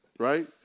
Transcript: Right